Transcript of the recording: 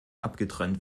abgetrennt